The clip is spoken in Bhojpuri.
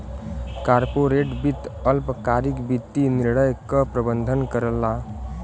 कॉर्पोरेट वित्त अल्पकालिक वित्तीय निर्णय क प्रबंधन करला